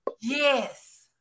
Yes